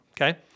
okay